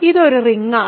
ഇത് ഒരു റിങ്ങാണോ